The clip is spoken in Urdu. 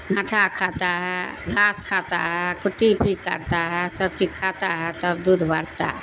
گھاٹھا کھاتا ہے گھاس کھاتا ہے کٹی پی کاتا ہے سب چیز کھاتا ہے تب دودھ بڑھتا ہے